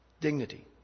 dignity